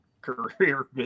career